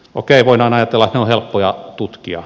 okei voidaan ajatella ne ovat helppoja tutkia